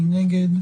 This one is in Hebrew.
מי נגד?